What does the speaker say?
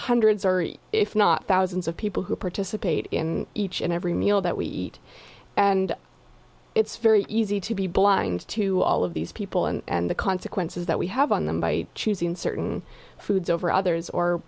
hundreds if not thousands of people who participate in each and every meal that we eat and it's very easy to be blind to all of these people and the consequences that we have on them by choosing certain foods over others or